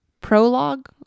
prologue